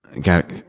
got